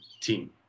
team